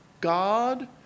God